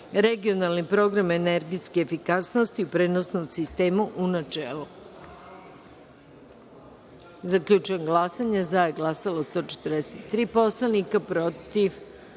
(Regionalni program energetske efikasnosti u prenosnom sistemu), u